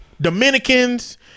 dominicans